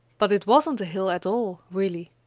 but it wasn't a hill at all, really,